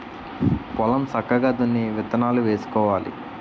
పొలం సక్కగా దున్ని విత్తనాలు వేసుకోవాలి